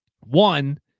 one